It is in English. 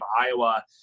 Iowa